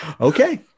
Okay